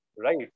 right